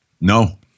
no